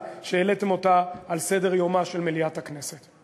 שהעליתם אותה על סדר-יומה של מליאת הכנסת.